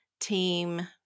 team